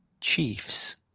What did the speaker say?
chiefs